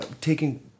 taking